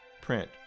print